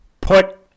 put